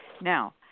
Now